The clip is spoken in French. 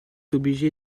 obligé